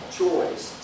choice